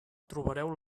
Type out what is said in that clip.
trobareu